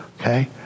Okay